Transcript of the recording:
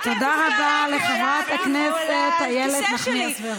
לחברי כנסת אין קוד לבוש.